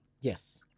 Yes